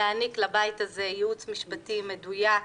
להעניק לבית הזה ייעוץ משפטי מדויק,